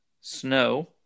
snow